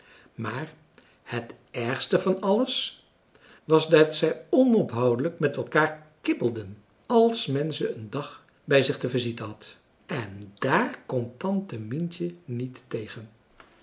maar het ergste van alles was dat zij onophoudelijk met elkaar kibbelden als men ze een dag bij zich te visite had en dààr kon tante mientje niet tegen